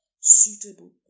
suitable